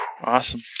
Awesome